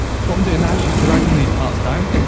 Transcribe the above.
so what i'm doing now is just dragging these parts down.